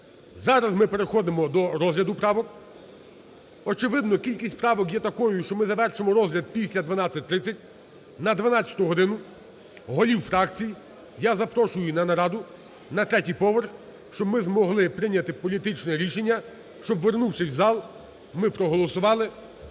Зараз ми переходимо до розгляду правок. Очевидно, кількість правок є такою, що ми завершимо розгляд після 12:30. На 12 годину голів фракцій я запрошую на нараду на третій поверх, щоб ми змогли прийняти політичне рішення, щоб, вернувшись у зал, ми проголосували